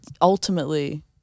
Ultimately